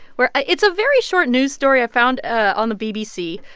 where ah it's a very short news story i found ah on the bbc.